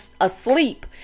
asleep